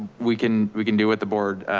we can we can do what the board